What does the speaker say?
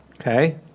Okay